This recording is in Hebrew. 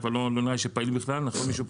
לא נראה לי שפעיל בכלל.